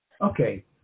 Okay